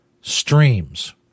streams